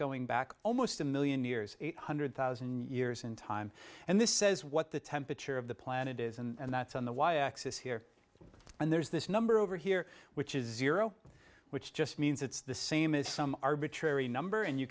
going back almost a million years eight hundred thousand years in time and this says what the temperature of the planet is and that's on the y axis here and there's this number over here which is zero which just means it's the same as some arbitrary number and you